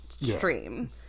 stream